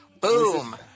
boom